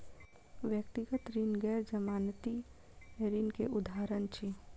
व्यक्तिगत ऋण गैर जमानती ऋण के उदाहरण अछि